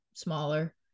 smaller